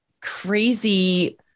crazy